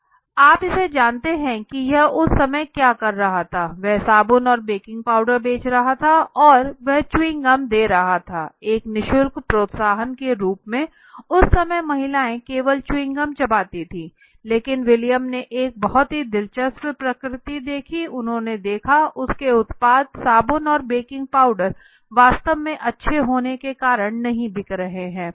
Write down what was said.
इस आप जानते हैं कि यह उस समय क्या कर रहा था वह साबुन और बेकिंग पाउडर बेच रहा था और वह च्युइंग गम दे रहा था एक नि शुल्क प्रोत्साहन के रूप में उस समय महिलाए केवल च्युइंग गम चबाती थी लेकिन विलियम ने एक बहुत ही दिलचस्प प्रवृत्ति देखी उन्होंने देखा उसके उत्पाद साबुन और बेकिंग पाउडर वास्तव में अच्छे होने के कारण नहीं बिक रहे हैं